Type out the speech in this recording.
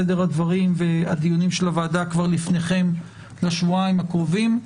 סדר הדברים והדיונים של הוועדה כבר לפניכם לשבועיים הקרובים.